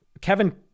Kevin